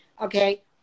okay